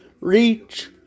reach